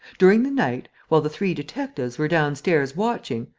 during the night, while the three detectives were downstairs watching,